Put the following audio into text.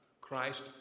Christ